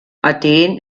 aden